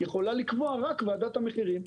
יכולה לקבוע רק ועדת המחירים,